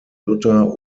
luther